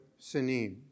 Sinim